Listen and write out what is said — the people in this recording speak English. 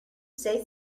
say